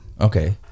Okay